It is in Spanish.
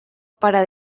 para